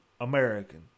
American